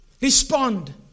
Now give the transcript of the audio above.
respond